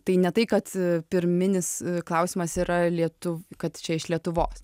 tai ne tai kad pirminis klausimas yra lietuvių kad čia iš lietuvos